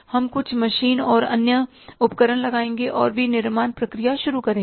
हम कुछ मशीन और अन्य उपकरण लगाएंगे और विनिर्माण प्रक्रिया शुरू करेंगे